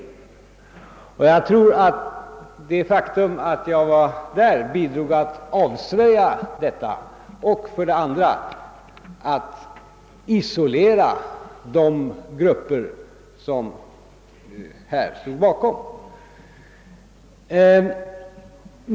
Jag tror att det faktum, att jag var där, bidrog till att för det första avslöja detta och för det andra isolera de grupper som stod bakom dessa händelser.